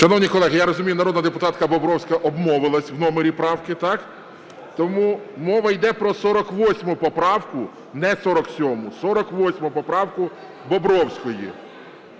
Шановні колеги, я розумію, народна депутатка Бобровська обмовилась в номері правки. Так? Тому мова йде про 48 поправку, не 47-у, 48 поправку Бобровської.